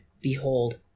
behold